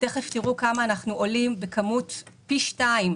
תיכף תראו כמה אנחנו עולים בצריכה, בכמות פי שניים